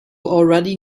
already